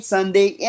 Sunday